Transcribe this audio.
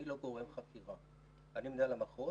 אני לא גורם חקירה, אני מנהל המחוז,